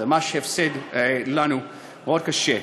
זה ממש הפסד מאוד קשה לנו.